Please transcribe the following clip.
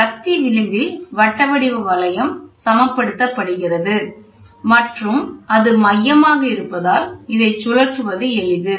கத்தி விளிம்பில் வட்ட வடிவ வளையம் சமப்படுத்தப்படுகிறது மற்றும் அது மையமாக இருப்பதால் இதை சுழற்றுவது எளிது